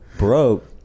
Broke